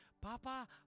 Papa